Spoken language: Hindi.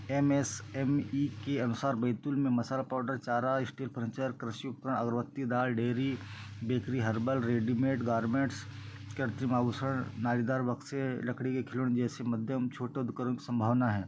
एम एस एम ई के अनुसार बैतूल में मसाला पाउडर चारा स्टील फर्नीचर कृषि उत्पन अगरबत्ती दाल dairy bakery herbal ready made garments कृत्रिम आभूषण नारीदार बक्से लकड़ी के खिलौने जैसे मध्यम छोटे उद्करम संभावना है